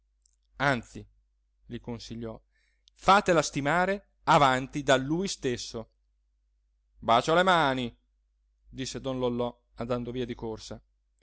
anzi gli consigliò fatela stimare avanti da lui stesso bacio le mani disse don lollò andando via di corsa